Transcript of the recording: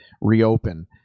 reopen